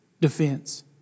defense